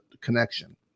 connection